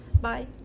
Bye